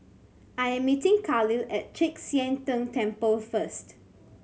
I am meeting Kahlil at Chek Sian Tng Temple first